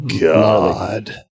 God